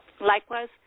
Likewise